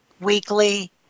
weekly